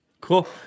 cool